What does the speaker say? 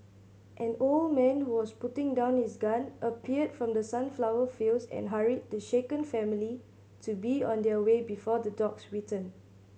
an old man who was putting down his gun appeared from the sunflower fields and hurried the shaken family to be on their way before the dogs return